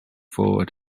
forward